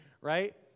Right